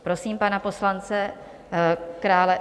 Prosím pana poslance Krále.